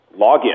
login